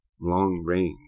long-range